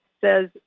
says